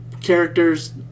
characters